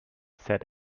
said